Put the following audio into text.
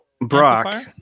Brock